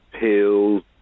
pills